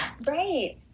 Right